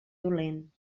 dolent